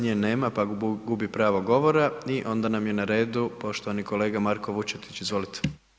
Nje nema pa gubi pravo govora i onda nam je na redu poštovani kolega Marko Vučetić, izvolite.